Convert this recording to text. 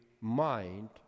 mind